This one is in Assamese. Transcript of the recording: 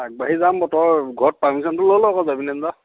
আগবাঢ়ি যাম বাৰু তই ঘৰত পাৰমিছনটো লৈ ল' আকৌ যাবি নে নাযাৱ